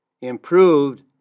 improved